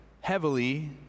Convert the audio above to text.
heavily